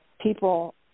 people